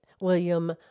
William